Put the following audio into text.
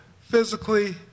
physically